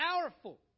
powerful